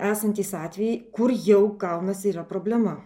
esantys atvejai kur jau gaunas yra problema